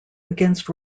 against